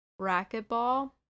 racquetball